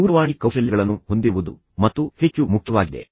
ದೂರವಾಣಿ ಕೌಶಲ್ಯಗಳನ್ನು ಹೊಂದಿರುವುದು ಮತ್ತು ಹೆಚ್ಚು ಮುಖ್ಯವಾಗಿದೆ